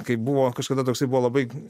kaip buvo kažkada toksai buvo labai